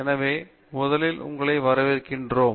எனவே முதலில் உங்களை வரவேற்போம்